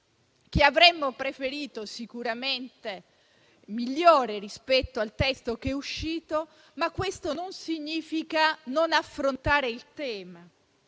che avremmo preferito sicuramente migliore rispetto al testo attuale, ma questo non significa non affrontare il tema.